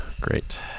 great